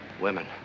women